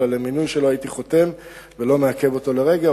אבל על המינוי שלו הייתי חותם ולא מעכב אותו לרגע,